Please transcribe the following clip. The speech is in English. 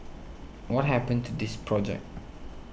what happened to this project